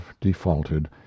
defaulted